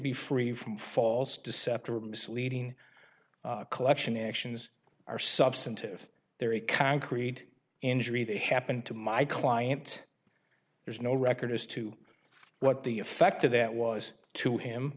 be free from false deceptive or misleading collection actions are substantive they're a concrete injury they happened to my client there's no record as to what the effect of that was to him